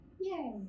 Yay